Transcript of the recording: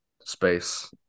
space